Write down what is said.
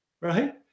right